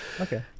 Okay